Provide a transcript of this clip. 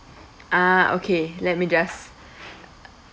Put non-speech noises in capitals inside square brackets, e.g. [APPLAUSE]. ah okay let me just [NOISE]